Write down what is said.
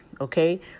okay